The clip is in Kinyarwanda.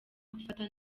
gufata